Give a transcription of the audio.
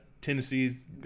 Tennessee's